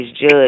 judge